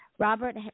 Robert